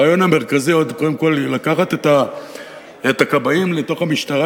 הרעיון המרכזי הוא קודם כול לקחת את הכבאים לתוך המשטרה,